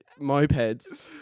mopeds